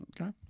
Okay